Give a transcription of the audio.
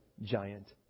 giant